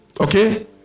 Okay